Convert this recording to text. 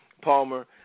Palmer